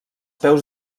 peus